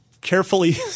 carefully